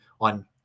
on –